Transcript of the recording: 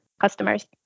customers